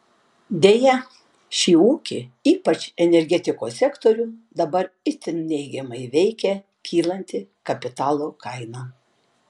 deja šį ūkį ypač energetikos sektorių dabar itin neigiamai veikia kylanti kapitalo kaina